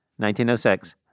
1906